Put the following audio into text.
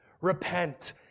repent